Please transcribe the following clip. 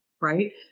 right